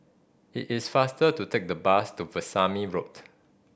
it is faster to take the bus to Veesamy Road